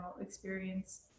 experience